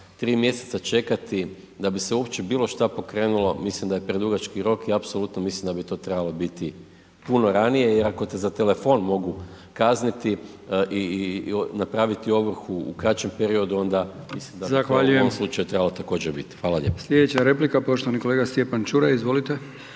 tri mjeseca čekati da bi se uopće bilo šta pokrenulo mislim da je predugački rok i apsolutno mislim da bi to trebalo biti puno ranije jer ako te za telefon mogu kazniti i, i napraviti ovrhu u kraćem periodu onda mislim …/Upadica: Zahvaljujem/…da bi to u ovom slučaju trebalo također bit. Hvala lijepo.